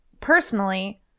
personally